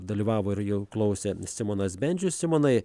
dalyvavo ir jau klausė simonas bendžius simonai